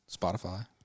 Spotify